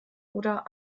oder